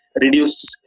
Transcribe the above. reduce